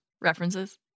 References